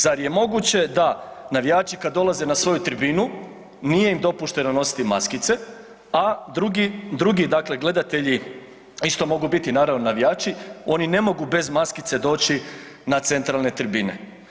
Zar je moguće da navijači kad dolaze na svoju tribinu, nije im dopušteno nositi maskice, a drugi dakle gledatelji isto mogu biti naravno navijači, oni ne mogu bez maskice doći na centralne tribine.